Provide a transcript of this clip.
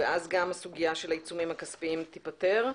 ואז גם הסוגיה של העיצומים הכספיים תיפתר.